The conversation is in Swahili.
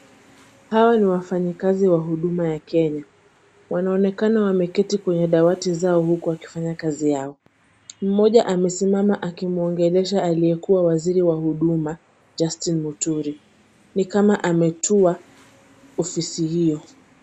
Hawa ni wafanyikazi wa huduma ya Kenya. Wanaonekana wameketi kwenye dawati zao huku wakifanya kazi yao. Mmoja amesimama akimuongelesha aliyekuwa waziri wa huduma, Justin Muturi ni kama ametua ofisi hiyo.